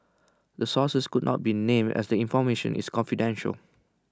the sources could not be named as the information is confidential